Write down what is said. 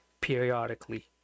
periodically